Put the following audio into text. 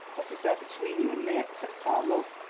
what is there between you and me except our love?